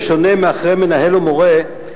בשונה מאחרי מנהל ומורה,